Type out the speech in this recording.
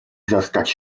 zostać